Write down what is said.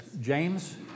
James